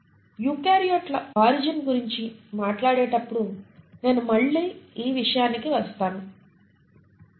యూకారియోట్ల origin గురించి మాట్లాడేటప్పుడు నేను మళ్ళీ ఈ విషయానికి వస్తాను